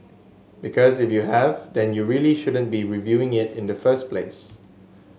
because if you have then you really shouldn't be reviewing it in the first place